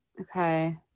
okay